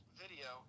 video